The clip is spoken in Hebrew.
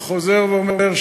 ואני חוזר ואומר,